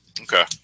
okay